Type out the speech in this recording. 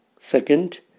Second